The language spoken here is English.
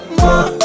more